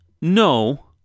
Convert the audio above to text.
No